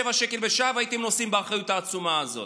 שקל והייתם נושאים באחריות העצומה הזאת.